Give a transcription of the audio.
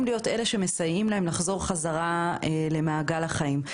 להיות אלה שמסייעים להם לחזור חזרה למעגל החיים.